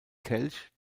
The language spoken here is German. kelch